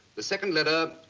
the second letter,